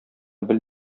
бел